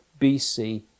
BC